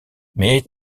mais